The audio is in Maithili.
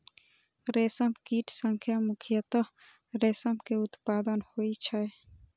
रेशम कीट सं मुख्यतः रेशम के उत्पादन होइ छै